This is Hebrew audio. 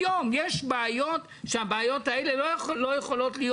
היום יש בעיות והבעיות האלה לא יכולות להיות.